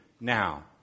now